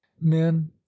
men